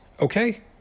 Okay